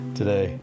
today